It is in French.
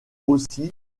aussi